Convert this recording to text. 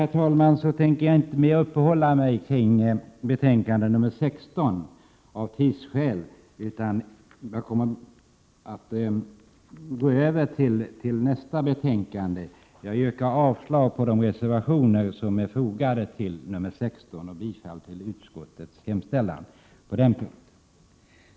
Av tidsskäl tänker jag inte uppehålla mig mer kring betänkande 16 utan gå över till nästa betänkande. Jag yrkar avslag på de reservationer som är fogade till betänkande 16 och bifall till utskottets hemställan.